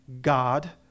God